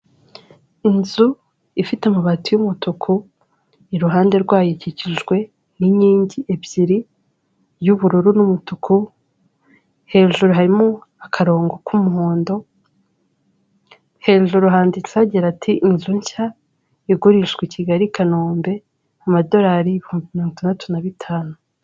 Inzu ifite amabati y'umutuku, iruhande rwayo ikikijwe n'inkingi ebyiri, iy'ubururu n'umutuku, hejuru harimo akarongo k'umuhondo, hejuru handitseho hagira ati: "Inzu nshya igurishwa kigali i Kanombe amadorari ibihumbi mirongo itandatu na bitanu".